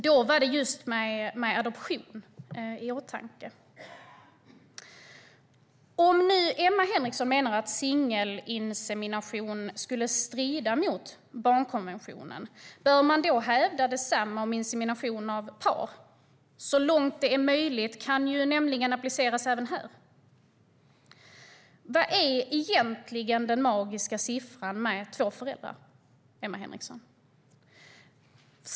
Då hade man adoption i åtanke. Om Emma Henriksson menar att singelinsemination skulle strida mot barnkonventionen, bör man då hävda detsamma om insemination av par? "Så långt det är möjligt" kan nämligen appliceras även där. Vad är egentligen den magiska siffran med två föräldrar, Emma Henriksson?